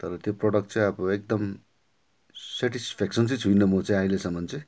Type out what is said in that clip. तर त्यो प्रडक्ट चहिँ अब एकदम सेटिफेक्सन चाहिँ छुइनँ म चाहिँ अहिलेसम्म चाहिँ